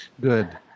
Good